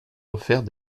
offert